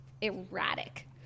erratic